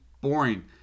boring